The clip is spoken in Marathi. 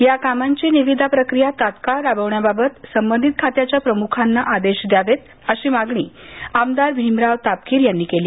या कामांची निविदा प्रकिया तात्काळ राबवण्याबाबत संबंधित खात्याच्या प्रमुखांना आदेश दयावेत अशी मागणी आमदार भीमराव तापकीर यांनी केली